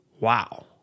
wow